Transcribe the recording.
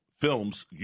films